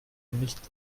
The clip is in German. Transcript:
nicht